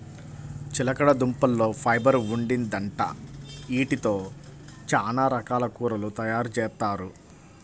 చిలకడదుంపల్లో ఫైబర్ ఉండిద్దంట, యీటితో చానా రకాల కూరలు తయారుజేత్తారు